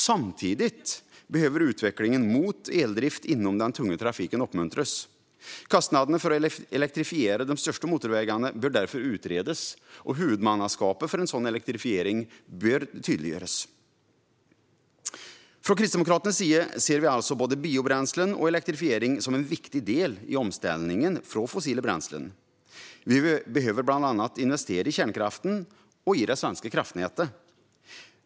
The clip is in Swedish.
Samtidigt behöver utvecklingen mot eldrift inom den tunga trafiken uppmuntras. Kostnaderna för att elektrifiera de största motorvägarna bör därför utredas och huvudmannaskapet för en sådan elektrifiering tydliggöras. Från Kristdemokraternas sida ser vi alltså både biobränslen och elektrifiering som en viktig del i omställningen från fossila bränslen. Vi behöver bland annat investera i kärnkraften och i det svenska kraftnätet.